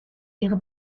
ihre